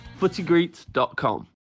footygreets.com